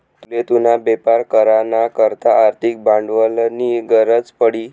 तुले तुना बेपार करा ना करता आर्थिक भांडवलनी गरज पडी